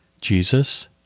Jesus